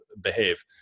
behave